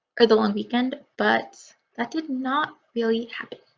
or the long weekend but that did not really happen.